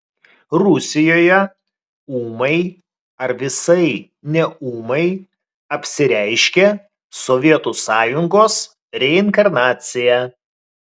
rusijoje ūmai ar visai neūmai apsireiškė sovietų sąjungos reinkarnacija